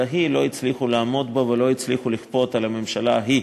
ההיא לא הצליחו לעמוד בו ולא הצליחו לכפות על הממשלה ההיא,